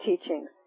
teachings